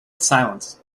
silence